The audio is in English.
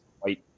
White